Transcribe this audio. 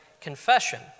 Confession